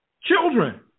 Children